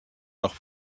noch